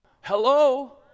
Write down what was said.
Hello